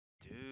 Dude